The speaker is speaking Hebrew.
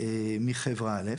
מחברה א',